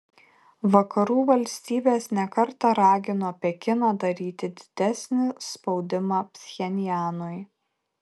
vakarų valstybės ne kartą ragino pekiną daryti didesnį spaudimą pchenjanui